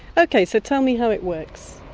okay, so tell me how it works.